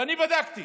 ואני בדקתי